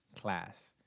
class